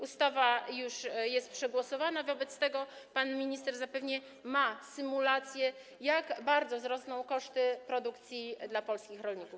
Ustawa jest już przegłosowana, wobec tego pan minister zapewne ma symulację, jak bardzo wzrosną koszty produkcji dla polskich rolników.